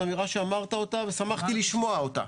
זאת אמירה שאמרת אותה ושמחתי לשמוע אותה.